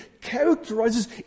characterizes